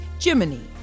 Jiminy